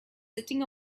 sitting